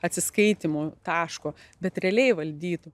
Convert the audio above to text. atsiskaitymo taško bet realiai valdytų